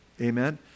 Amen